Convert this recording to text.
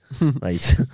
Right